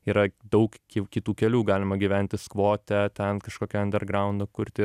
yra daug kit kitų kelių galima gyventi skvote ten kažkokią andergraunde kurti